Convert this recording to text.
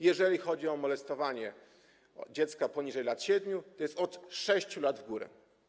Jeżeli chodzi o molestowanie dziecka poniżej lat 7, to jest od 6 lat w górę.